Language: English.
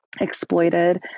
exploited